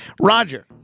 Roger